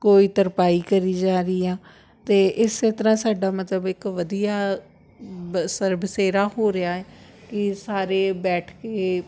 ਕੋਈ ਤਰਪਾਈ ਕਰੀ ਜਾ ਰਹੀ ਆ ਅਤੇ ਇਸੇ ਤਰ੍ਹਾਂ ਸਾਡਾ ਮਤਲਬ ਇੱਕ ਵਧੀਆ ਬ ਸਰ ਬਸੇਰਾ ਹੋ ਰਿਹਾ ਕਿ ਸਾਰੇ ਬੈਠ ਕੇ